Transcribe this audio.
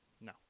No